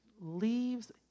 leaves